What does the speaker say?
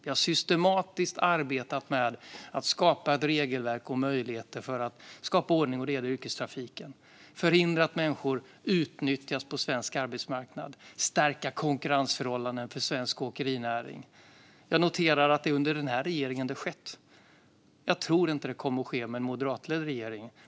Vi har systematiskt arbetat med att skapa ett regelverk och möjligheter för att skapa ordning och reda i yrkestrafiken och förhindra att människor utnyttjas på svensk arbetsmarknad, och vi arbetar för att stärka konkurrensförhållandena för svensk åkerinäring. Jag noterar att det är under den här regeringen som det har skett. Jag tror inte att det kommer att ske med en moderatledd regering.